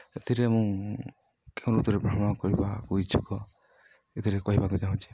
ଏଥିରେ ମୁଁ କେଉଁ ଋତରେ ଭ୍ରମଣ କରିବାକୁ ଇଚ୍ଛୁକ ଏଥିରେ କହିବାକୁ ଚାହୁଁଛି